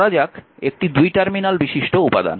ধরা যাক একটি দুই টার্মিনাল বিশিষ্ট উপাদান